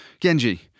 Genji